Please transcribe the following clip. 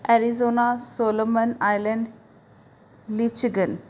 Arizona Solomon island ਲੀਚਗਨ